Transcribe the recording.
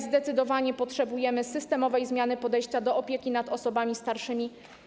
Zdecydowanie potrzebujemy systemowej zmiany podejścia do opieki nad osobami starszymi.